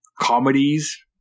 comedies